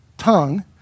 tongue